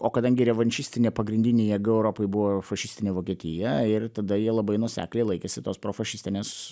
o kadangi revanšistinė pagrindinė jėga europoj buvo fašistinė vokietija ir tada jie labai nuosekliai laikėsi tos profašistinės